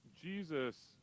Jesus